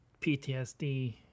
ptsd